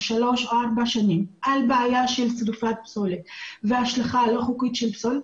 שלוש-ארבע שנים על בעיה של שריפת פסולת והשלכה לא חוקית של פסולת,